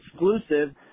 exclusive